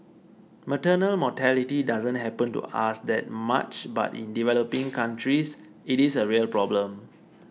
maternal mortality doesn't happen to us that much but in developing countries it is a real problem